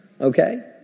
Okay